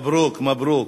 מברוכ, מברוכ,